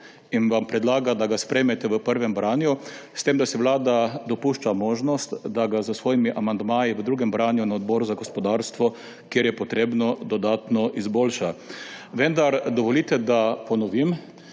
in vam predlaga, da ga sprejmete v prvem branju, s tem da si Vlada dopušča možnost, da ga s svojimi amandmaji v drugem branju na Odboru za gospodarstvo, kjer je potrebno, dodatno izboljša. Dovolite, da ponovim.